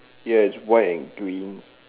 yes white and green